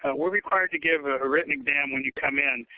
ah we're required to give a written exam when you come in.